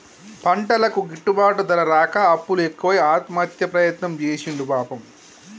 పంటలకు గిట్టుబాటు ధర రాక అప్పులు ఎక్కువై ఆత్మహత్య ప్రయత్నం చేసిండు పాపం